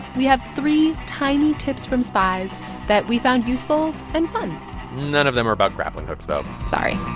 we have three tiny tips from spies that we found useful and fun none of them are about grappling hooks, though sorry